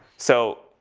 so,